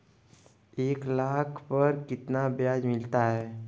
एक लाख पर कितना ब्याज मिलता है?